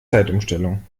zeitumstellung